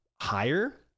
higher